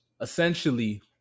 essentially